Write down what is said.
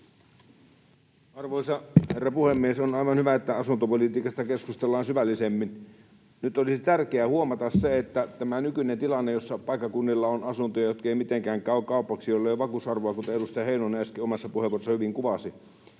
Arvoisa herra puhemies! On aivan hyvä, että asuntopolitiikasta keskustellaan syvällisemmin. — Nyt olisi tärkeää huomata se, että tämä nykyinen tilanne, jossa paikkakunnilla on asuntoja, jotka eivät mitenkään käy kaupaksi ja joilla ei ole vakuusarvoa, kuten edustaja Heinonen äsken omassa puheenvuorossaan hyvin kuvasi,